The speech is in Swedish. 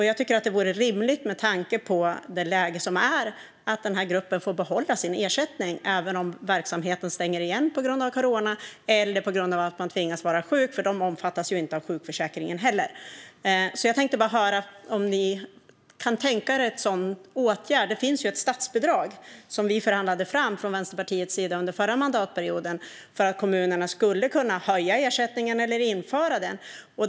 Jag tycker att det vore rimligt med tanke på det rådande läget att den här gruppen får behålla sin ersättning även om verksamheten stänger igen på grund av corona eller på grund av att de tvingas vara hemma sjuka, för de omfattas ju inte av sjukförsäkringen heller. Jag tänkte bara höra om ni kan tänka er en sådan åtgärd. Det finns ju ett statsbidrag som vi i Vänsterpartiet förhandlade fram under förra mandatperioden för att kommunerna skulle kunna höja ersättningen eller införa den.